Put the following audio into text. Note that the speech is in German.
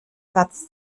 satz